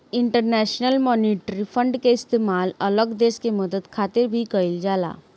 international Monetary Fund के इस्तेमाल अलग देश के मदद खातिर भी कइल जाला